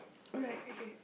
alright okay